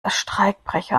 streikbrecher